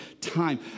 time